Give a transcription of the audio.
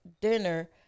dinner